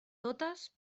totes